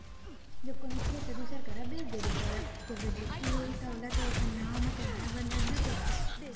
जब कोनो खेत ल दूसर करा बेच देबे ता जब रजिस्टी होही ता ओला तो ओखर नांव म चड़हाय बर लगबे करही